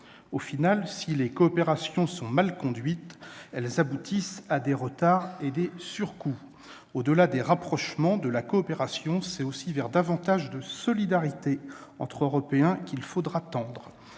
Au final, si les coopérations sont mal conduites, elles aboutissent à des retards et des surcoûts. Au-delà des rapprochements, de la coopération, c'est aussi vers davantage de solidarité entre Européens qu'il faudra tendre.